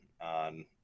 on